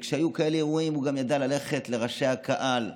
כשהיו כאלה אירועים הוא גם ידע ללכת לראשי הקהל,